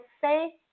say